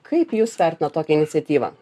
kaip jūs vertinat tokią iniciatyvą